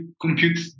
compute